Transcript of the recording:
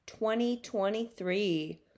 2023